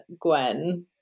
gwen